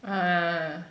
ah